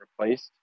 replaced